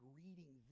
reading